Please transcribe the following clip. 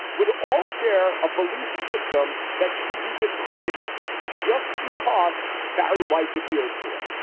would all share a belief system that should be discredited just because barry weiss adheres to it.